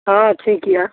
हँ ठीक यऽ